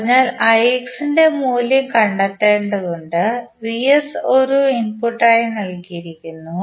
അതിനാൽ ix ന്റെ മൂല്യം കണ്ടെത്തേണ്ടതുണ്ട് vs ഒരു ഇൻപുട്ടായി നൽകിയിരിക്കുന്നു